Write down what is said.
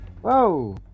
Whoa